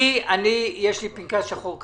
לי יש פנקס שחור קטן,